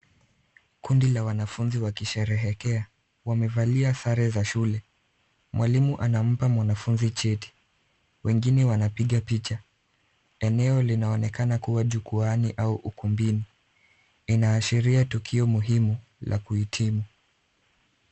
Kundi la wanafunzi wakisherehekea. Wamevalia sare za shule. Mwalimu anampa mwanafunzi cheti. Wengine wanapiga picha. Eneo linaonekana kuwa jukwaani au ukumbini. Inaashiria tukio muhimu la kuhitimu.